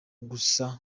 gusa